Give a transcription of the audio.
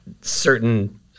certain